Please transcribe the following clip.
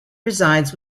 resides